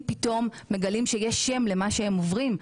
פתאום מגלים שיש שם למה שהם עוברים,